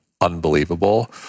unbelievable